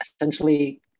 essentially